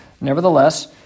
nevertheless